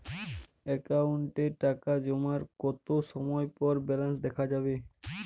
অ্যাকাউন্টে টাকা জমার কতো সময় পর ব্যালেন্স দেখা যাবে?